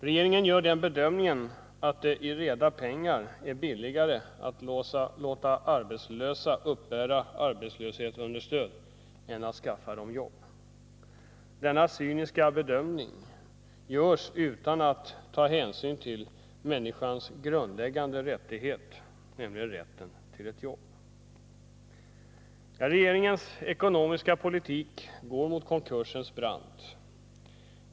Regeringen gör den bedömningen att det i reda pengar är billigare att låta arbetslösa uppbära arbetslöshetsunderstöd än att skaffa dem jobb. Denna cyniska bedömning görs utan att hänsyn tas till människans grundläggande rättighet, nämligen rätten till ett jobb. Regeringens ekonomiska politik går mot konkursens brant.